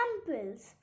Examples